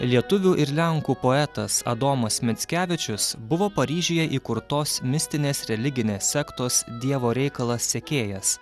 lietuvių ir lenkų poetas adomas mickevičius buvo paryžiuje įkurtos mistinės religinės sektos dievo reikalas sekėjas